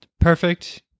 Perfect